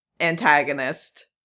antagonist